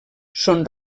són